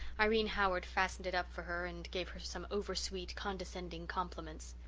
irene howard fastened it up for her and gave her some over-sweet, condescending compliments.